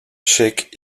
sheikh